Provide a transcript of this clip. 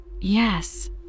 Yes